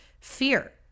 fear